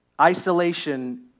Isolation